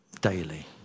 daily